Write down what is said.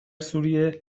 سوریه